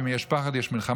ואם יש פחד, יש מלחמה.